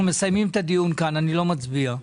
אנחנו מסיימים את הדיון כאן; אני לא מצביע.